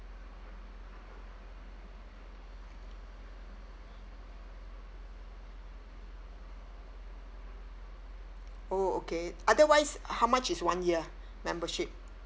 oh okay otherwise how much is one year membership